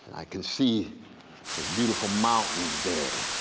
i can see those beautiful mountains there,